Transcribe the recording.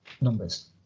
numbers